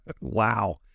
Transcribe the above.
Wow